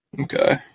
Okay